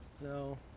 No